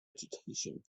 vegetation